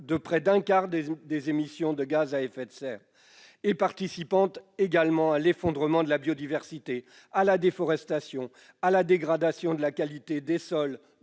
de près d'un quart des émissions de gaz à effet de serre et participant à l'effondrement de la biodiversité, à la déforestation, à la dégradation de la qualité des sols,